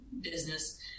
business